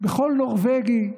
בכל נורבגי.